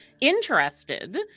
interested